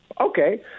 okay